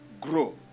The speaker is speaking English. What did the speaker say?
grow